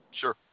Sure